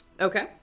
Okay